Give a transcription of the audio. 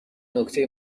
نکته